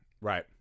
right